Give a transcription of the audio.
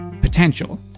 potential